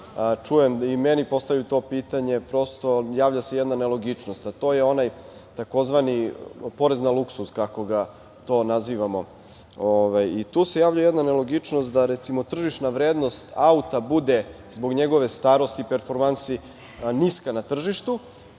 čujem, a i meni postavljaju to pitanje. Javlja se jedna nelogičnost, a to je onaj tzv. porez na luksuz, kako ga nazivamo. Tu se javlja nelogičnost da recimo tržišna vrednost auta bude, zbog njegove starosti, performansi niska na tržištu,